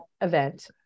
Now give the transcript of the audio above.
event